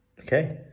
Okay